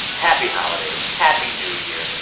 happy holidays. happy new year.